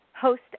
host